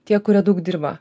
tie kurie daug dirba